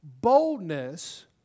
Boldness